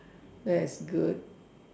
that's good